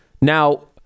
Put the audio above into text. Now